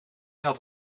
had